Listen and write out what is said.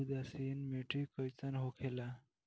उदासीन मिट्टी कईसन होखेला?